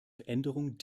veränderung